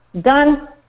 Done